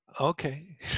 okay